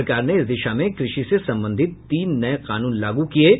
सरकार ने इस दिशा में कृषि से संबंधित तीन नए कानून लागू किए हैं